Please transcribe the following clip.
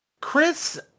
Chris